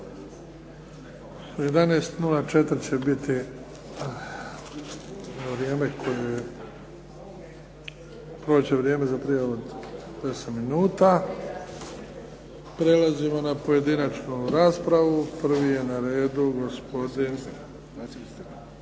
11,04 će biti vrijeme koje je, proći će vrijeme za prijavu od 10 minuta. Prelazimo na pojedinačnu raspravu. Prvi je na redu gospodin